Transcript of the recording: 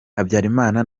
habyalimana